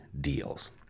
deals